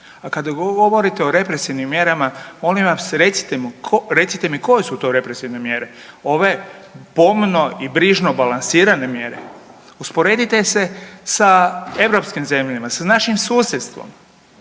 A kada govorite o represivnim mjerama molim vas recite mu, recite mi koje su to represivne mjere. Ove pomno i brižno balansirane mjere? Usporedite se sa europskim zemljama, sa našim susjedstvom.